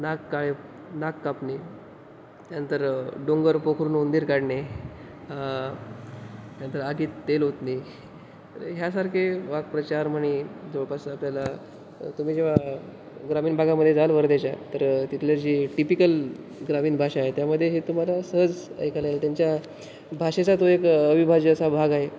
नाक काळे नाक कापणे नंतर डोंगर पोखरून उंदीर काढणे नंतर आगीत तेल ओतणे तर ह्यासारखे वाक्प्रचार म्हणी जवळपास आपल्याला तुम्ही जेव्हा ग्रामीण भागामध्ये जाल वर्धेच्या तर तिथलं जी टिपिकल ग्रामीण भाषा आहे त्यामध्ये हे तुम्हाला सहज ऐकायला येईल त्यांच्या भाषेचा तो एक अविभाज्य असा भाग आहे